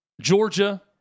Georgia